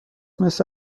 مثل